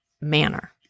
manner